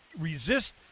resist